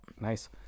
nice